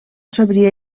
sabria